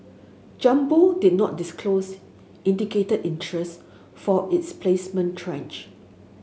Jumbo did not disclose indicated interest for its placement tranche